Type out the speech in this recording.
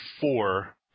four